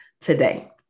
today